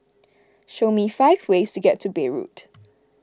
show me five ways to get to Beirut